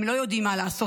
הם לא יודעים מה לעשות.